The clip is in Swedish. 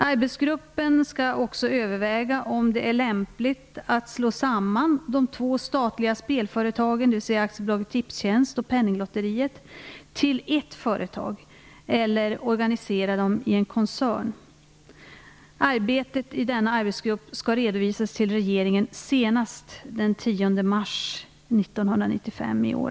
Arbetsgruppen skall också överväga om det är lämpligt att slå samman de två statliga spelföretagen, dvs. AB Tipstjänst och Penninglotteriet, till ett företag eller organisera dem i en koncern. Arbetet i arbetsgruppen skall redovisas till regeringen senast den 10 mars 1995.